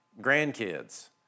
grandkids